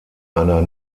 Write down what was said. einer